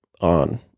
on